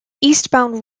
eastbound